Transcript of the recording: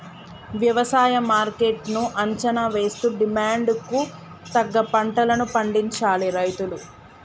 వ్యవసాయ మార్కెట్ ను అంచనా వేస్తూ డిమాండ్ కు తగ్గ పంటలను పండించాలి రైతులు